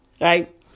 Right